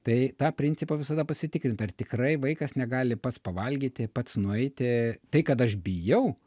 tai tą principą visada pasitikrint ar tikrai vaikas negali pats pavalgyti pats nueiti tai kad aš bijau